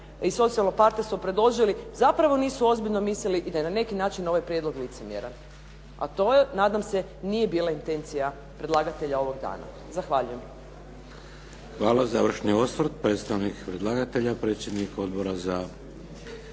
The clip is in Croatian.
i socijalno partnerstvo predložili, zapravo nisu ozbiljno mislili i da je na neki način ovaj prijedlog licemjeran. A to nadam se nije bila intencija predlagatelja ovog dana. Zahvaljujem. **Šeks, Vladimir (HDZ)** Hvala. Završni osvrt predstavnik predlagatelja predsjednik Odbora za